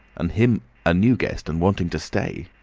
and him a new guest and wanting to stay!